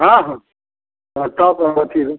हाँ हाँ हाँ टॉप अथि